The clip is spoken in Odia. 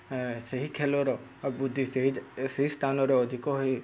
ସେହି ଖେଳର ବୁଦ୍ଧି ସେହି ସ୍ଥାନର ଅଧିକ ହୋଇ